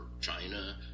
China